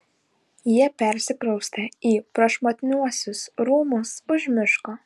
jie persikraustė į prašmatniuosius rūmus už miško